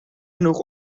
genoeg